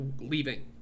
leaving